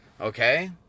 okay